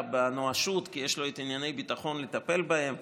בנואשות כי יש לו ענייני ביטחון לטפל בהם,